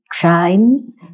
crimes